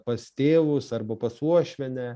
pas tėvus arba pas uošvienę